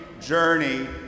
journey